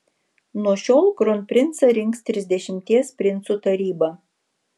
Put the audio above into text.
nuo šiol kronprincą rinks trisdešimties princų taryba